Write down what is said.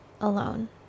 alone